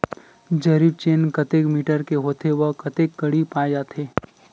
जरीब चेन कतेक मीटर के होथे व कतेक कडी पाए जाथे?